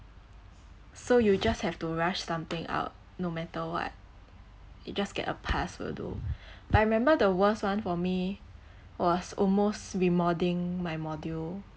so you just have to rush something out no matter what it just get a pass will do but I remember the worst one for me was almost remoding my module